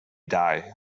die